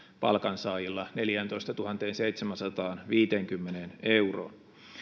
palkansaajilla neljääntoistatuhanteenseitsemäänsataanviiteenkymmeneen euroon